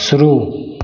शुरू